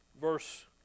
Verse